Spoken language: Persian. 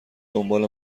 دنبال